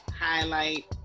highlight